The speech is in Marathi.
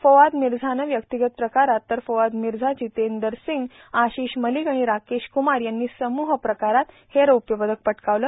फौआद मिझानं व्यक्तीगत प्रकारात तर फौआद मिझा जितेंदर सिंग आशिष मलिक आणि राकेश क्मार यांनी सम्रह प्रकारात हे रौप्यपदक पटकावलं